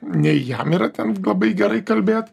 nei jam yra ten labai gerai kalbėt